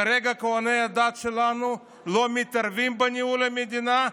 כרגע כוהני הדת שלנו לא מתערבים בניהול המדינה,